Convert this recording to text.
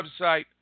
website